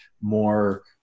more